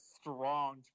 strong